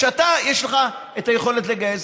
כיש לך את היכולת לגייס,